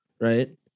right